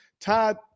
Todd